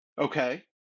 Okay